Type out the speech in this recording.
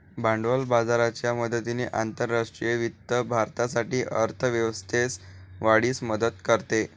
भांडवल बाजाराच्या मदतीने आंतरराष्ट्रीय वित्त भारतासाठी अर्थ व्यवस्थेस वाढीस मदत करते